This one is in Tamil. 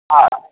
ஆ